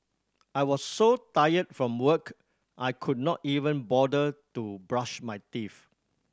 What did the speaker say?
I was so tired from work I could not even bother to brush my teeth